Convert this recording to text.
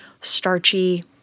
starchy